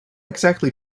exactly